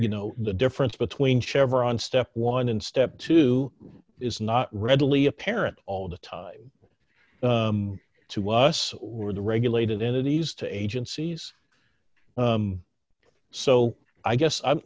you know the difference between chevron step one and step two is not readily apparent all the time to us or the regulated entities to agencies so i guess i'm